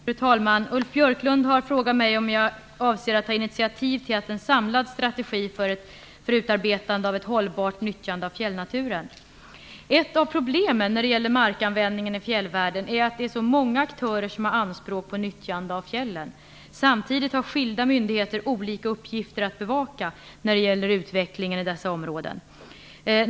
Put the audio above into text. Fru talman! Ulf Björklund har frågat mig om jag avser att ta initiativ till en samlad strategi för utarbetande av ett hållbart nyttjande av fjällnaturen. Ett av problemen när det gäller markanvändningen i fjällvärlden är att det är så många aktörer som har anspråk på nyttjande av fjällen. Samtidigt har skilda myndigheter olika uppgifter att bevaka när det gäller utvecklingen i dessa områden.